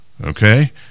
okay